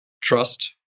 trust